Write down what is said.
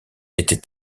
était